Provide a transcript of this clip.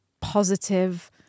positive